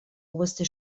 oberste